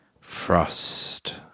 Frost